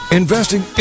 investing